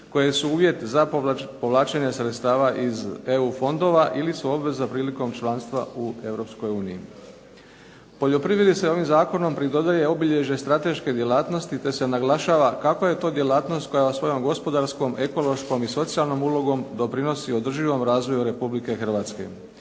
koje su uvjet za povlačenje sredstva iz EU fondova ili su obveza prilikom članstva u Europskoj uniji. Poljoprivredi se ovim zakonom pridodaje obilježje strateške djelatnosti, te se naglašava kakva je to djelatnost koja svojom gospodarskom, ekološkom i socijalnom ulogom doprinosi održivom razvoju Republike Hrvatske.